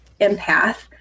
empath